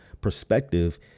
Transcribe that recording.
perspective